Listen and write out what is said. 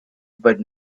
but